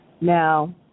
Now